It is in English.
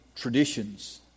traditions